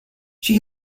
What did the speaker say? she